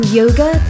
yoga